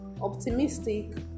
optimistic